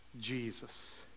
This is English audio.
Jesus